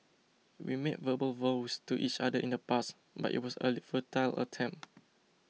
we made verbal vows to each other in the past but it was a futile attempt